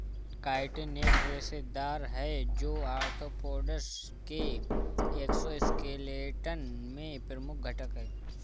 chitin एक रेशेदार है, जो आर्थ्रोपोड्स के एक्सोस्केलेटन में प्रमुख घटक है